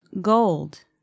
Gold